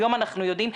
היום אנחנו יודעים,